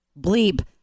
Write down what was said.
bleep